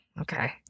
Okay